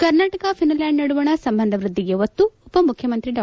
Karnataka Finland ನಡುವಣ ಸಂಬಂಧ ವೃದ್ದಿಗೆ ಒತ್ತು ಉಪಮುಖ್ಯಮಂತ್ರಿ ಡಾ